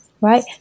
right